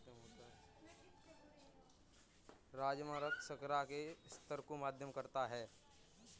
राजमा रक्त शर्करा के स्तर को मध्यम करता है